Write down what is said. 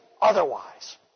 otherwise